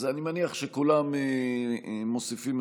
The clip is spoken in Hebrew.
מישהו נוסף?